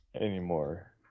anymore